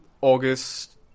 August